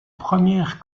première